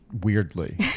weirdly